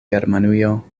germanujo